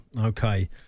okay